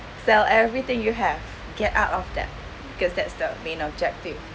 sell everything you have get out of debt because that's the main objective